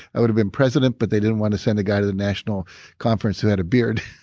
i would've been president, but they didn't want to send a guy to the national conference who had a beard.